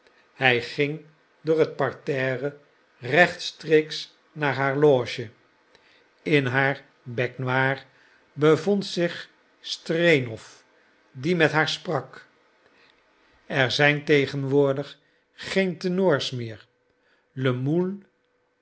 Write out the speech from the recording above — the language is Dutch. hij ging door het parterre rechtstreeks naar haar loge in haar baignoire bevond zich strenow die met haar sprak er zijn tegenwoordig geen tenors meer